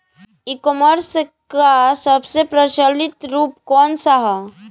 ई कॉमर्स क सबसे प्रचलित रूप कवन सा ह?